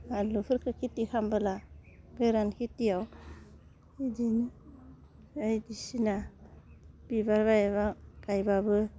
बानलुफोरखौ खेथि खामबोला गोरान खेथियाव बिदिनो बायदिसिना बिबार गायबा गायबाबो